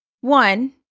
One